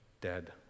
dead